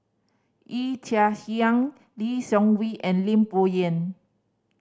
Yee Chia Hsing Lee Seng Wee and Lim Bo Yam